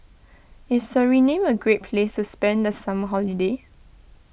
is Suriname a great place to spend the summer holiday